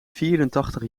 vierentachtig